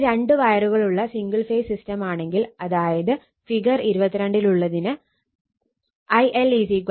ഇനി രണ്ട് വയറുകളുള്ള സിംഗിൾ ഫേസ് സിസ്റ്റമാണെങ്കിൽ അതായത് ഫിഗർ 22 ലുള്ളതിന് IL PL VL എന്നായിരിക്കും